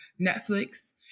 Netflix